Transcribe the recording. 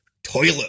toilet